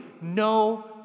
no